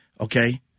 Okay